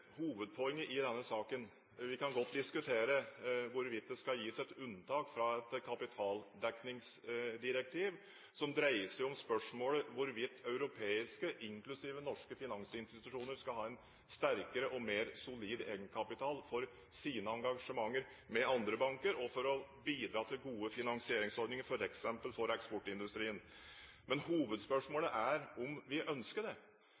Vi kan godt diskutere hvorvidt det skal gis et unntak fra et kapitaldekningsdirektiv som dreier seg om spørsmålet om hvorvidt europeiske, inklusiv norske, finansinstitusjoner skal ha en sterkere og mer solid egenkapital for sine engasjementer med andre banker, og for å bidra til gode finansieringsordninger f.eks. for eksportindustrien. Men hovedspørsmålet er om vi ønsker det.